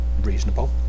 reasonable